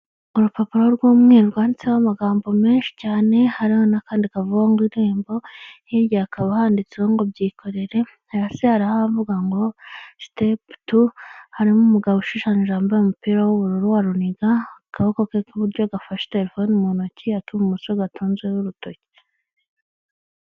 Urupapuro rw'umweru rwanditseho amagambo menshi cyane hari n'akandi kavuga ngo irembo hirya hakaba handitseho ngo byikorere hasi arahavuga ngo sitepu tu harimo umugabo ushushanije wambaye umupira w'ubururu wa runiga agaboko ke k'iburyo gafashe telefoni mu ntoki atuma umusozi atunzeho urutoki.